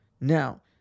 Now